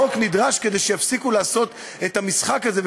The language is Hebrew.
החוק נדרש כדי שיפסיקו לעשות את המשחק הזה.